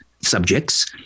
subjects